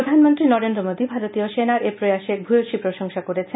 প্রধানমন্ত্রী নরেন্দ্র মোদি ভারতীয় সেনার এই প্রয়াসের ভূয়সী প্রশংসা করেন